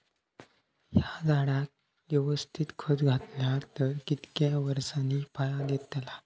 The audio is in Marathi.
हया झाडाक यवस्तित खत घातला तर कितक्या वरसांनी फळा दीताला?